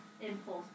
impulse